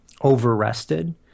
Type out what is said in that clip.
over-rested